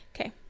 Okay